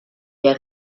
der